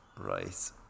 right